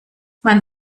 man